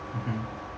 mmhmm